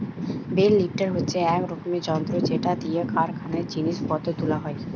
bell lifter হচ্ছে এক রকমের যন্ত্র যেটা দিয়ে কারখানায় জিনিস পত্র তুলা হয়